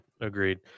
Agreed